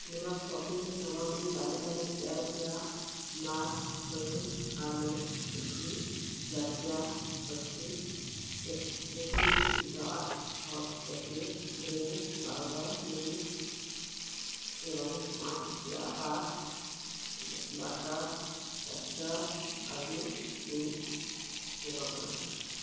ମୋର ସପିଙ୍ଗ୍ ସାମଗ୍ରୀ ତାଲିକାରେ ଚାରି ପ୍ୟାକ୍ ମାକ୍କୈନ ଆଳୁ ଟିକ୍କି ଚାରି pack Hershey's exotic dark hot chocolate drink powder mix ଏବଂ ପାଞ୍ଚ ବକ୍ସ ବାଟ୍ଟର ଚାଟ୍ଟର କାଜୁ କୁଇଜ୍ ଯୋଗ କରନ୍ତୁ